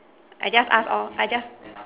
I just ask or I just